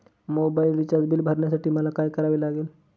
Mobile recharge bill भरण्यासाठी मला काय करावे लागेल?